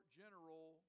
general